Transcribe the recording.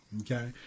Okay